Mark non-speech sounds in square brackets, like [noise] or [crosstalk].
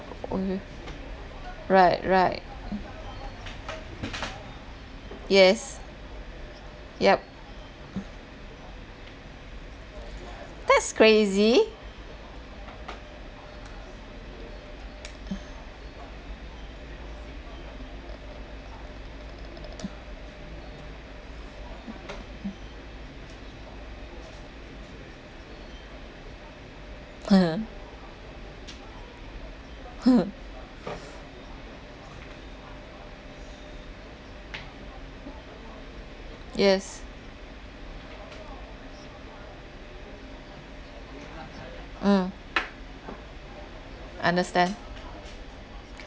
okay right right [noise] yes yup [noise] that's crazy [noise] [laughs] yes mm understand